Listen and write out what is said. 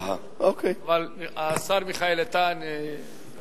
אבל השר מיכאל איתן ביקש להשיב.